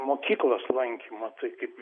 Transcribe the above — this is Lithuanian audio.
mokyklos lankymą tai kaip